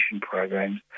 programs